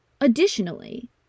Additionally